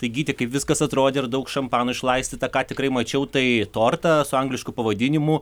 tai gyti kaip viskas atrodė ar daug šampano išlaistyta ką tikrai mačiau tai tortą su anglišku pavadinimu